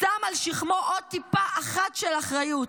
שם על שכמו עוד טיפה אחת של אחריות.